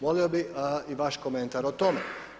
Molio bi i vaš komentar o tome.